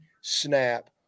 snap